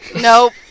Nope